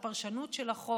על הפרשנות של החוק,